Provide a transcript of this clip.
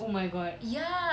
oh my god